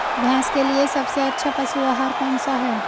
भैंस के लिए सबसे अच्छा पशु आहार कौनसा है?